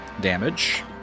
damage